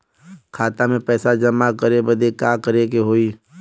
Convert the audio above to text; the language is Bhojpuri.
खाता मे पैसा जमा करे बदे का करे के होई?